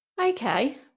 okay